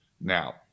Now